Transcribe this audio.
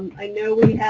i know we